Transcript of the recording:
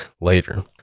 later